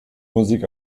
musik